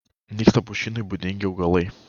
nyksta pušynui būdingi augalai